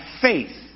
faith